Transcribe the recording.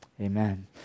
Amen